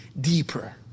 deeper